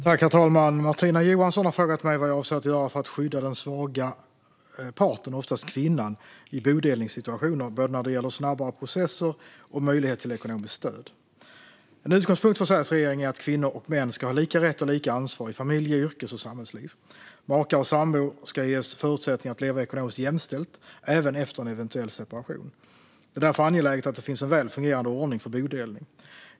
Herr talman! Martina Johansson har frågat mig vad jag avser att göra för att skydda den svaga parten, oftast kvinnan, i bodelningssituationer, när det gäller både snabbare processer och möjlighet till ekonomiskt stöd. En utgångspunkt för Sveriges regering är att kvinnor och män ska ha lika rätt och lika ansvar i familje, yrkes och samhällsliv. Makar och sambor ska ges förutsättningar att leva ekonomiskt jämställt, även efter en eventuell separation. Det är därför angeläget att det finns en väl fungerande ordning för bodelning.